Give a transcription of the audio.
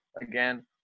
again